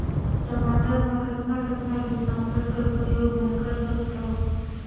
टमाटर म कतना कतना कीटनाशक कर प्रयोग मै कर सकथव?